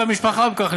כך,